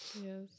Yes